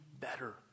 better